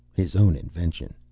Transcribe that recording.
his own invention.